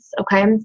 Okay